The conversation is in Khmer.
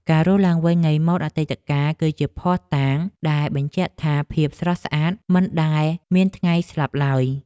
ការរស់ឡើងវិញនៃម៉ូដអតីតកាល គឺជាភស្តុតាងដែលបញ្ជាក់ថាភាពស្រស់ស្អាតមិនដែលមានថ្ងៃស្លាប់ឡើយ។